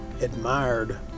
admired